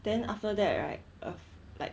then after that right err like